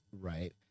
right